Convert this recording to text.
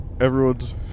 everyone's